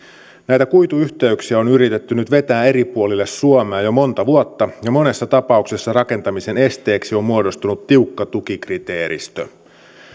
näitä kuituyhteyksiä on yritetty nyt vetää eri puolille suomea jo monta vuotta ja monessa tapauksessa rakentamisen esteeksi on muodostunut tiukka tukikriteeristö